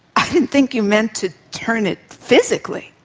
i didn't think you meant to turn it physically.